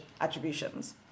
attributions